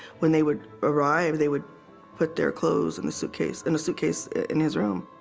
when they would arrive they would put their clothes in the suitcase in a suitcase in his room.